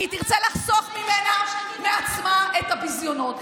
אלא כי היא תרצה לחסוך מעצמה את הביזיונות.